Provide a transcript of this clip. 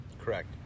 Correct